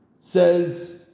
says